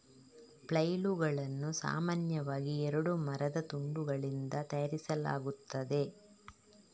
ಫ್ಲೇಲುಗಳನ್ನು ಸಾಮಾನ್ಯವಾಗಿ ಎರಡು ಮರದ ತುಂಡುಗಳಿಂದ ತಯಾರಿಸಲಾಗುತ್ತದೆ